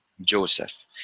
Joseph